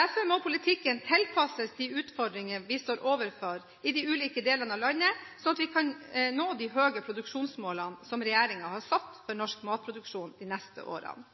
Derfor må politikken tilpasses de utfordringer vi står overfor i de ulike delene av landet, slik at vi kan nå de høye produksjonsmålene som regjeringen har satt for norsk matproduksjon de neste årene.